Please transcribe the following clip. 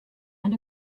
and